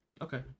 Okay